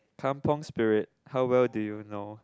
Kampung spirit how well do you know